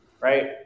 right